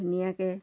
ধুনীয়াকৈ